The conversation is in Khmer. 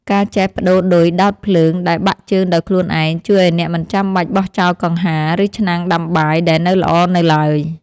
ការចេះប្តូរឌុយដោតភ្លើងដែលបាក់ជើងដោយខ្លួនឯង ជួយឱ្យអ្នកមិនចាំបាច់បោះចោលកង្ហារ ឬឆ្នាំងដាំបាយដែលនៅល្អនៅឡើយ។